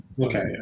Okay